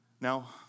Now